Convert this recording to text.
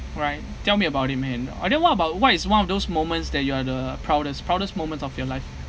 right tell me about it man and then what about what is one of those moments that you are the proudest proudest moments of your life